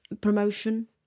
Promotion